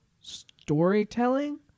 storytelling